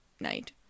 night